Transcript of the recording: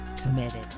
committed